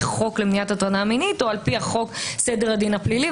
חוק למניעת הטרדה מינית או לפי חוק סדר הדין הפלילי,